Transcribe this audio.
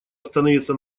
остановиться